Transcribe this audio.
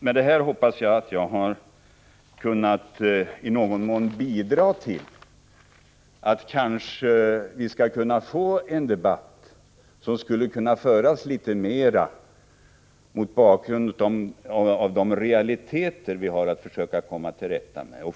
Med detta hoppas jag att jag har kunnat något bidra till att det skapas en debatt som kan föras mera mot bakgrund av de realiteter som vi måste försöka komma till rätta med.